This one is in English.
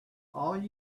all